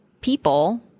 people